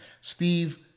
steve